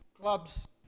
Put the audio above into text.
clubs